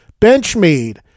Benchmade